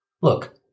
Look